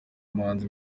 umuhanzi